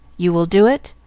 you will do it?